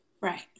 Right